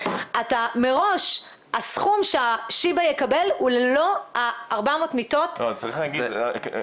מראש הסכום ששיבא יקבל הוא ללא ה-400 מיטות --- בסוף